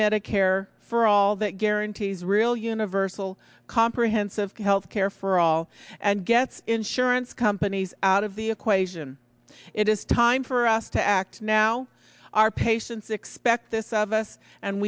medicare for all that guarantees real universal comprehensive health care for all and gets insurance companies out of the equation it is time for us to act now our patients expect this of us and